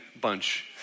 bunch